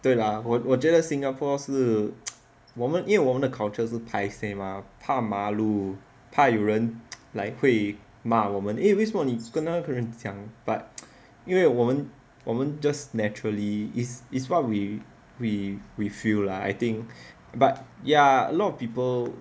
对啦我觉得新加坡是 我们因为我们的 culture 是吗怕怕有人 like 会骂我们 eh 为什么你跟那个人讲 but 因为我们我们 just naturally is what we feel lah I think but ya a lot people